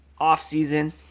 offseason